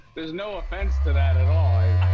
there's no offense to that at all.